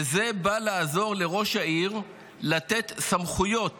וזה בא לעזור לראש העיר לתת סמכויות